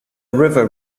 river